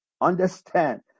Understand